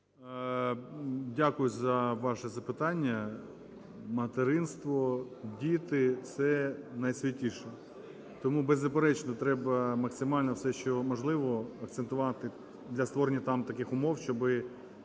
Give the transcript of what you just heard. Дякую за ваше запитання. Материнство, діти - це найсвятіше. Тому, беззаперечно, треба максимально все, що можливо, акцентувати для створення там таких умов, щоби